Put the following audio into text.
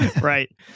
Right